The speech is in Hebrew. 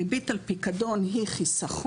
ריבית על פיקדון היא חיסכון,